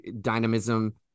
dynamism